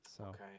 Okay